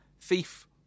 Thief